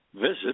Visit